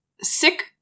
sick